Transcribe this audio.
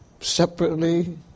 separately